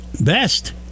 best